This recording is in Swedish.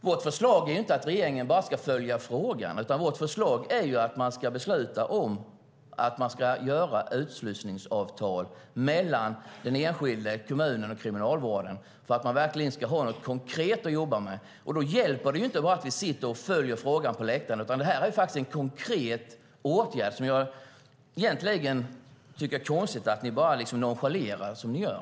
Vårt förslag är inte att regeringen bara ska följa frågan, utan vårt förslag är att man ska besluta om att göra utslussningsavtal mellan den enskilda kommunen och Kriminalvården, så att man verkligen ska ha någonting konkret att jobba med. Då hjälper det ju inte att vi bara sitter och följer frågan på läktaren, utan detta är faktiskt en konkret åtgärd. Jag tycker egentligen att det är konstigt att ni bara nonchalerar den som ni gör.